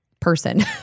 person